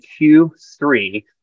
Q3